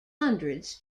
hundreds